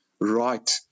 right